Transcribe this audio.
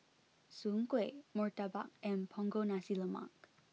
Soon Kuih Murtabak and Punggol Nasi Lemak